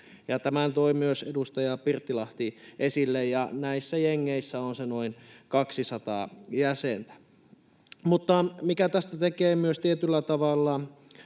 tämän toi myös edustaja Pirttilahti esille — ja näissä jengeissä on se noin 200 jäsentä. Mutta, mikä tästä tekee myös tietyllä tavalla